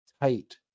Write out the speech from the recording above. tight